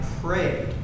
pray